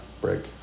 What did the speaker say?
break